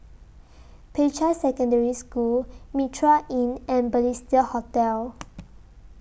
Peicai Secondary School Mitraa Inn and Balestier Hotel